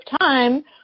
time